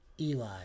Eli